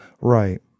right